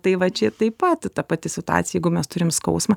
tai va čia taip pat tai ta pati situacija jeigu mes turim skausmą